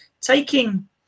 taking